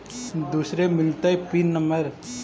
दुसरे मिलतै pin number?